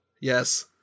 Yes